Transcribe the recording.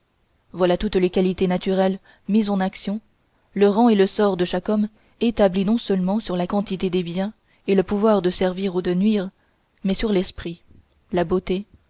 voilà toutes les qualités naturelles mises en action le rang et le sort de chaque homme établi non seulement sur la quantité des biens et le pouvoir de servir ou de nuire mais sur l'esprit la beauté